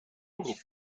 beroep